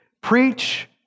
Preach